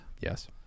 Yes